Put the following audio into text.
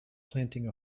planting